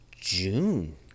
June